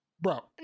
Bro